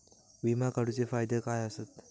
विमा काढूचे फायदे काय आसत?